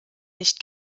nicht